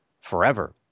forever